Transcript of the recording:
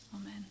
Amen